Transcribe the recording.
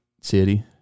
city